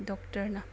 ꯗꯣꯛꯇꯔꯅ